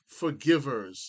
forgivers